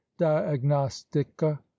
Diagnostica